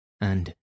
and